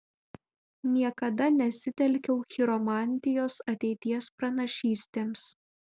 niekada nesitelkiau chiromantijos ateities pranašystėms